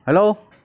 hello